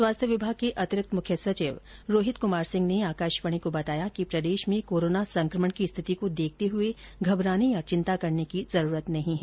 स्वास्थ्य विभाग के अतिरिक्त मुख्य सचिव रोहित कुमार सिंह ने आकाशवाणी को बताया कि प्रदेश में कोरोना संकमण की स्थिति को देखते हुए घबराने या चिंता करने की जरूरत नहीं है